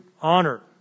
honor